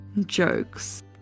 jokes